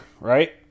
right